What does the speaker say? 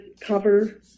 cover